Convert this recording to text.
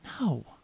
No